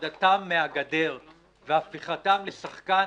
הורדתם מהגדר והפיכתם לשחקן